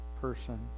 person